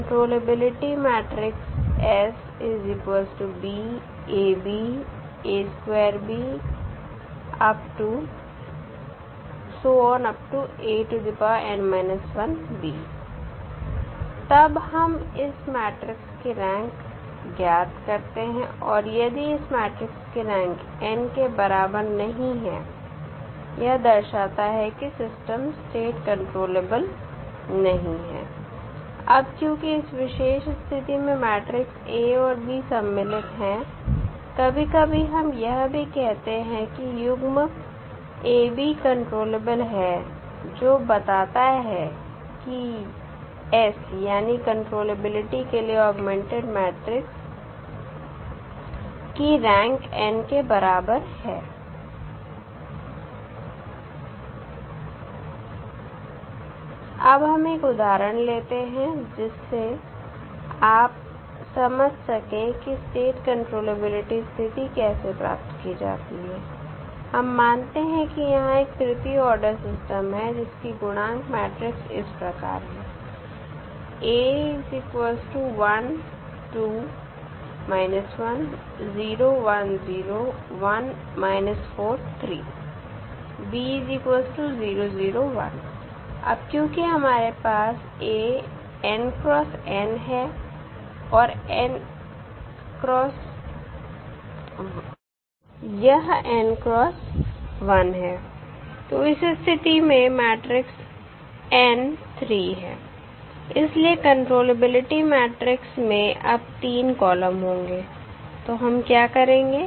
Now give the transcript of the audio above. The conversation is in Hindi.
कंट्रोलेबिलिटी मैट्रिक्स S तब हम इस मैट्रिक्स की रैंक ज्ञात करते हैं और यदि इस मैट्रिक्स की रैंक n के बराबर नहीं है यह दर्शाता है कि सिस्टम स्टेट कंट्रोलेबल नहीं है अब क्योंकि इस विशेष स्थिति में मैट्रिक्स A और B सम्मिलित हैं कभी कभी हम यह भी कहते हैं कि युग्म AB कंट्रोलेबल है जो बताता है कि S यानी कंट्रोलेबिलिटी के लिए ऑगमेंटेड मैट्रिक्स की रैंक n के बराबर है अब हम एक उदाहरण लेते हैं जिससे आप समझ सके कि स्टेट कंट्रोलेबिलिटी स्थिति कैसे प्राप्त की जाती है हम मानते हैं कि यहां एक तृतीय ऑर्डर सिस्टम है जिसकी गुणांक मैट्रिक्स इस प्रकार है अब क्योंकि हमारे पास A x है और यह n क्रॉस 1 है तो इस स्थिति में मैट्रिक्स n 3 है इसलिए कंट्रोलेबिलिटी मैट्रिक्स में अब 3 कॉलम होंगे तो हम क्या करेंगे